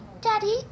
Daddy